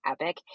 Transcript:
epic